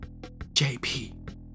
JP